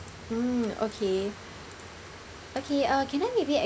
mm okay okay uh can I maybe